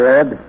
Red